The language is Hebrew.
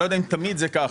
אני לא יודע אם תמיד זה ככה,